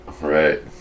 Right